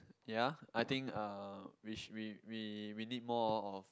ya I think uh which we we we we need more of